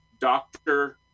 doctor